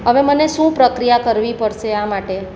હવે મને શું પ્રક્રિયા કરવી પડશે આ માટે